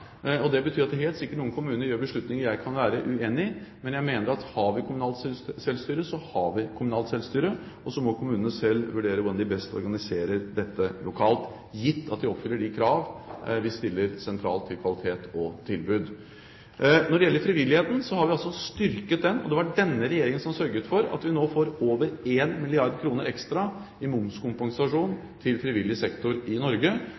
det. Det betyr helt sikkert at noen kommuner gjør beslutninger jeg kan være uenig i. Men jeg mener at har vi kommunalt selvstyre, har vi kommunalt selvstyre, og så må kommunene selv vurdere hvordan de best organiserer dette lokalt, gitt at de oppfyller de krav vi stiller sentralt til kvalitet og tilbud. Når det gjelder frivilligheten, har vi styrket den. Det var denne regjeringen som sørget for at vi nå får over 1 mrd. kr ekstra i momskompensasjon til frivillig sektor i Norge,